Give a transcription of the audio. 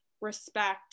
respect